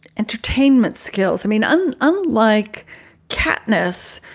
entertainment skills. i mean, and unlike katniss,